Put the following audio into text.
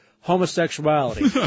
homosexuality